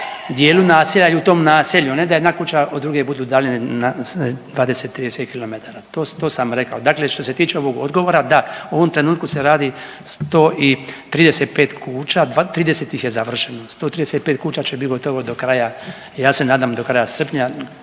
dijelu naselja i u tom naselju, a ne da jedna kuća od druge budu udaljene 20, 30 km, to sam rekao. Dakle, što se tiče ovog odgovora, da, u ovom trenutku se radi 135 kuća, 30 ih je završeno, 135 kuća će biti gotovo do kraja, ja se nadam do kraja srpnja